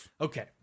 Okay